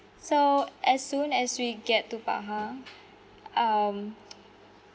so as soon as we get to pahang um